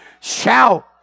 Shout